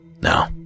Now